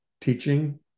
teaching